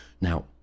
now